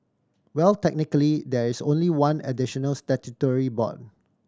well technically there is only one additional statutory board